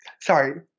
Sorry